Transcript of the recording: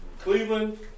Cleveland